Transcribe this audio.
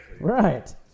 Right